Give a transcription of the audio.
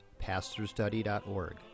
pastorstudy.org